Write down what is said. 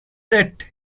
yet